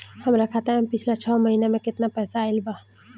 हमरा खाता मे पिछला छह महीना मे केतना पैसा आईल बा?